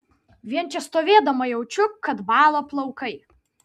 vien čia stovėdama jaučiu kad bąla plaukai